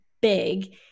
big